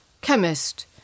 chemist